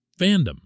fandom